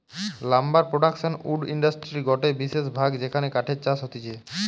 lumber production wood ইন্ডাস্ট্রির গটে বিশেষ ভাগ যেখানে কাঠের চাষ হতিছে